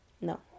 no